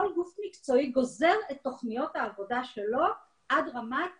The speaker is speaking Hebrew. כל גוף מקצועי גוזר את תוכניות העבודה שלו עד רמת הפרט.